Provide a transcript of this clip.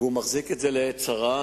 והוא מחזיק את זה לעת צרה,